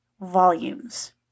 volumes